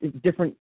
different